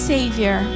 Savior